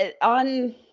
on